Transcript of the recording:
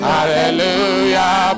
Hallelujah